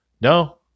No